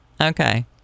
Okay